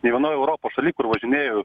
nė vienoj europos šaly kur važinėju